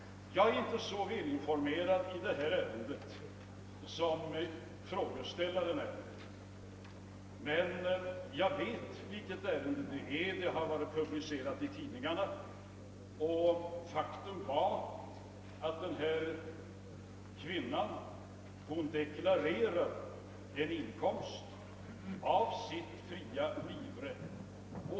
Jag är inte så välinformerad härvidlag som frågeställaren, men jag känner till vilket ärende det gäller eftersom saken har varit publicerad i tidningarna, och ett faktum är att kvinnan i fråga deklarerade en inkomst av sitt fria vivre.